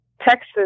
Texas